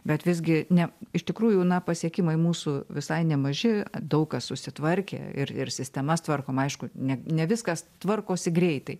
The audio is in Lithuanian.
bet visgi ne iš tikrųjų na pasiekimai mūsų visai nemaži daug kas susitvarkė ir ir sistemas tvarkom aišku ne ne viskas tvarkosi greitai